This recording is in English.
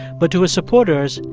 but to his supporters,